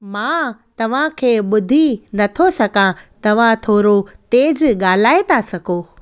मां तव्हांखे ॿुधी नथो सघां तव्हां थोरो तेज़ ॻाल्हाइ था सघो